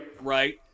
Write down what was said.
right